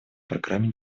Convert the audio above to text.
программе